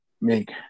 make